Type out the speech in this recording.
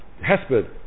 Hesper